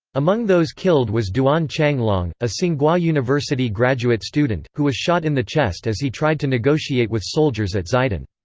among those killed was duan changlong, a tsinghua ah university graduate student, who was shot in the chest as he tried to negotiate with soldiers at xidan.